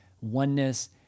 oneness